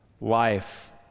Life